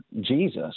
Jesus